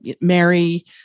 Mary